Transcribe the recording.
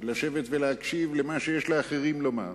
לשבת ולהקשיב למה שיש לאחרים לומר.